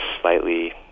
slightly